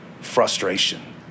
frustration